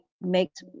makes